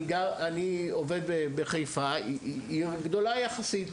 אני עובד בחיפה, עיר גדולה יחסית.